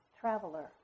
Traveler